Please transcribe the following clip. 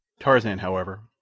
tarzan, however,